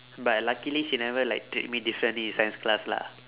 but luckily she never like treat me differently in science class lah